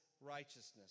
righteousness